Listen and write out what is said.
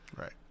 right